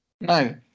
No